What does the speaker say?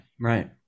right